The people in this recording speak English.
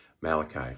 Malachi